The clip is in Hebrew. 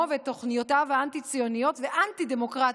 תוכניותיו האנטי-ציוניות והאנטי-דמוקרטיות,